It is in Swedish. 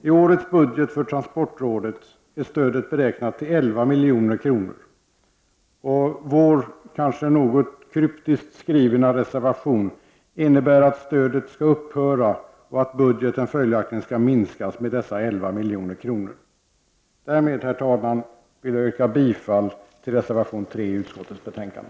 I årets budget för transportrådet är stödet beräknat till 11 milj.kr., och vår — kanske något kryptiskt skrivna reservation — innebär att stödet skall upphöra och att budgeten följaktligen skall minskas med dessa 11 miljoner. Därmed, herr talman, vill jag yrka bifall till reservation 3 till utskottets betänkande.